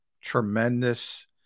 tremendous